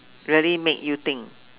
really make you think